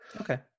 Okay